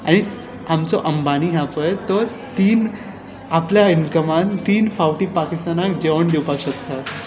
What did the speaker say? आमचो अंबानी आसा पळय तो तीन आपल्या इन्कमांत तीन पाकिस्तानांक जेवण दिवपाक शकता